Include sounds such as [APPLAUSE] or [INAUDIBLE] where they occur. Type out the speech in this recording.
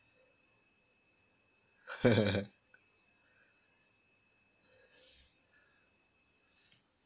[LAUGHS]